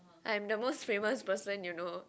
I'm the most famous person you know